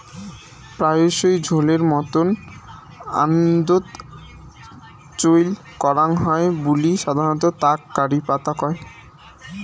প্রায়শই ঝোলের মতন আন্দাত চইল করাং হই বুলি সাধারণত তাক কারি পাতা কয়